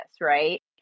right